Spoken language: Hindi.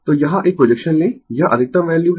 तो यहां एक प्रोजेक्शन लें यह अधिकतम वैल्यू है